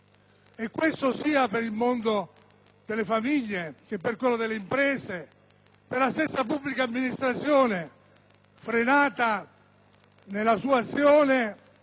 e ciò sia per il mondo delle famiglie e delle imprese sia per la stessa pubblica amministrazione, frenata nella sua azione